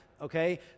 Okay